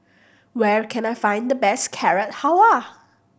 where can I find the best Carrot Halwa